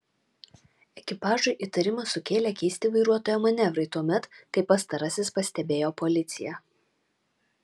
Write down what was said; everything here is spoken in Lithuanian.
ekipažui įtarimą sukėlė keisti vairuotojo manevrai tuomet kai pastarasis pastebėjo policiją